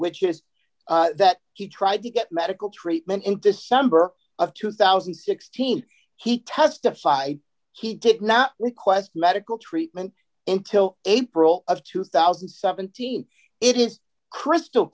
which is that she tried to get medical treatment in december of two thousand and sixteen he testified he did not request medical treatment in till april of two thousand and seventeen it is crystal